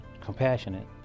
compassionate